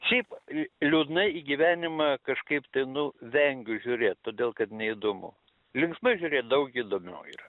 šiaip liūdnai į gyvenimą kažkaip tai nu vengiu žiūrėt todėl kad neįdomu linksmai žiūrėt daug įdomiau yra